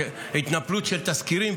התנפלות של תסקירים,